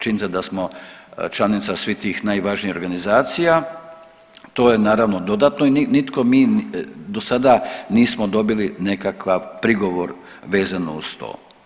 Činjenica da smo članica svih tih najvažnijih organizacija to je naravno dodatno i nitko mi do sada nismo dobili nekakav prigovor vezano uz to.